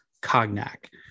cognac